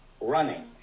running